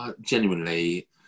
genuinely